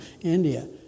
India